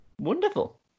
Wonderful